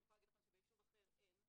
אני יכולה להגיד לכם שביישוב אחר אין.